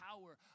power